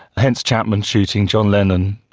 hence chapman shooting john lennon